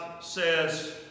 says